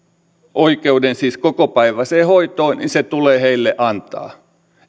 oikeuden kokopäiväiseen hoitoon ja se tulee heille antaa